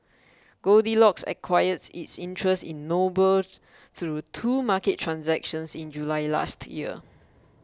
goldilocks acquired its interest in Noble through two market transactions in July last year